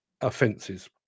offences